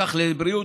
כך לבריאות,